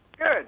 Good